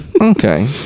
Okay